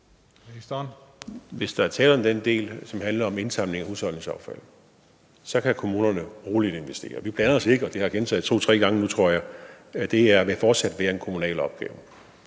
Hvis der er tale om den del, som handler om indsamling af husholdningsaffald, så kan kommunerne roligt investere. Vi blander os ikke, og det har jeg gentaget to, tre gange nu, tror jeg. Det vil fortsat være en kommunal opgave.